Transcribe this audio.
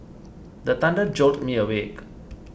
the thunder jolt me awake